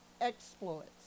exploits